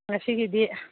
ꯉꯁꯤꯒꯤꯗꯤ